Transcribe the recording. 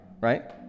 right